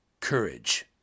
courage